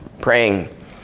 praying